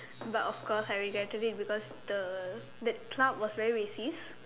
but of course I regretted it because the the club was very racist